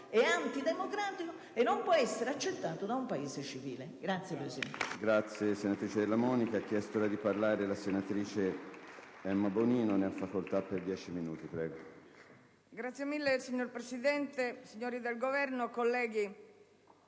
è antidemocratico e non può essere accettato da un Paese civile.